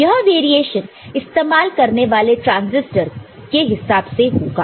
यह वेरिएशन इस्तेमाल करने वाले ट्रांजिस्टर के हिसाब से होगा